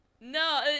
No